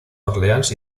orleans